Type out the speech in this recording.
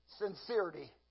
sincerity